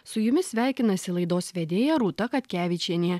su jumis sveikinasi laidos vedėja rūta katkevičienė